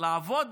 לעבוד